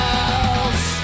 else